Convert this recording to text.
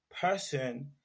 person